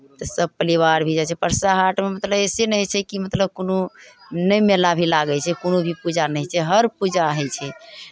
तऽ सभ परिवार भी जाइ छियै परसा हाटमे मतलब अइसे नहि होइ छै कि मतलब कोनो नहि मेला भी लागै छै कोनो भी पूजा नहि होइ छै हर पूजा होइ छै